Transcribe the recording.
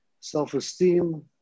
self-esteem